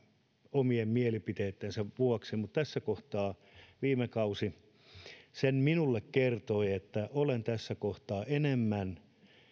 omien mielipiteittensä vuoksi mutta viime kausi sen minulle kertoi että olen tässä kohtaa enemmän